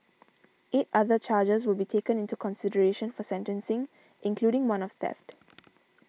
eight other charges will be taken into consideration for sentencing including one of theft